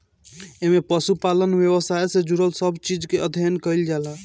एमे पशुपालन व्यवसाय से जुड़ल सब चीज के अध्ययन कईल जाला